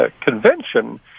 convention